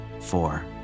four